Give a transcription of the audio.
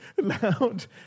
Loud